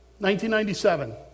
1997